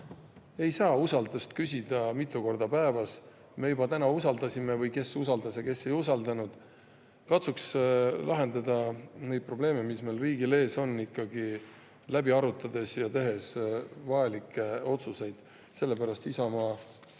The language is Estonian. Ei saa usaldust küsida mitu korda päevas. Me juba täna usaldasime – või kes usaldas, kes ei usaldanud. Katsuks lahendada neid probleeme, mis meil riigis on, ikkagi läbi arutades ja tehes vajalikke otsuseid. Isamaa